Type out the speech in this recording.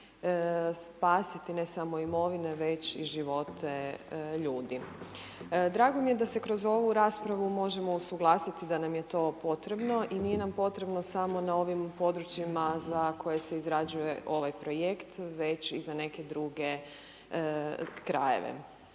spasiti ne samo imovine već i živote ljudi. Drago mi je da se kroz ovu raspravu možemo usuglasiti da nam je to potrebno i nije nam potrebno samo na ovim područjima za koje se izrađuje ovaj projekt već i za neke druge krajeve.